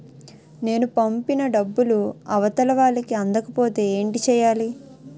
నేను పంపిన డబ్బులు అవతల వారికి అందకపోతే ఏంటి చెయ్యాలి?